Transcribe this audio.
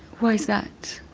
why is that?